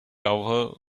over